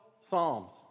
psalms